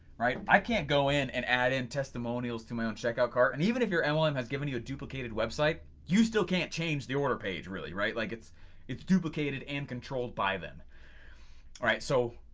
right, i can't go in and add in testimonials to my own checkout cart and even if your and mlm um has given you a duplicated website, you still can't change the order page really, right like it's it's duplicated and controlled by them. all right, so.